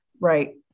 right